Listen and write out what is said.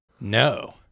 no